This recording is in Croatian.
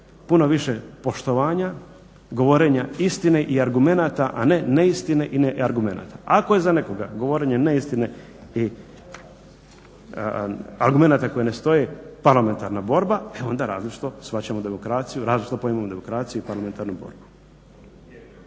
puno više poštovanja, govorenja istine i argumenata a ne neistine i ne argumenata. Ako je za nekoga govorenje neistine i argumenata koji ne stoje parlamentarna borba e onda različito shvaćamo demokraciju različito pojmimo demokraciju i parlamentarnu borbu.